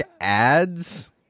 ads